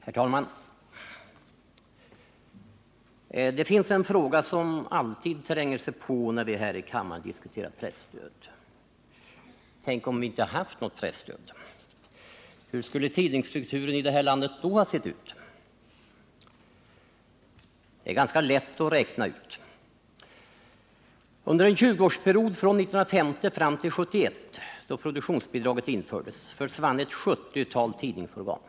Herr talman! Det finns en fråga som alltid tränger sig på när vi här i kammaren diskuterar presstödet: Tänk om vi inte haft något presstöd — hur skulle tidningsstrukturen då ha sett ut här i landet? Det är ganska lätt att räkna ut det. Under en 20-årsperiod från 1950 fram till 1971, då produktionsbidraget infördes, försvann ett 70-tal tidningsorgan.